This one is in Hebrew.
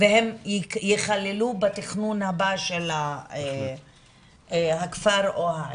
והם יכללו בתכנון הבא של הכפר או העיר.